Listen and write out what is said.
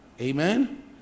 Amen